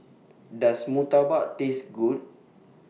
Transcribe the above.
Does Murtabak Taste Good